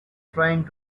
trying